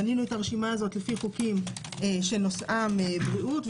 בנינו את הרשימה הזאת לפי חוקים שנושאם בריאות,